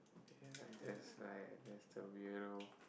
I heard that's like that's the weirdo